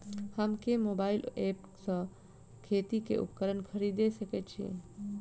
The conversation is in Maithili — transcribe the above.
हम केँ मोबाइल ऐप सँ खेती केँ उपकरण खरीदै सकैत छी?